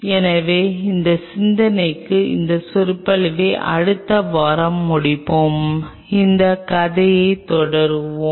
எனவே இந்த சிந்தனையுடன் இந்த சொற்பொழிவை அடுத்த வாரம் முடிப்பேன் இந்த கதையைத் தொடருவோம்